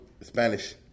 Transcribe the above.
Spanish